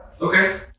Okay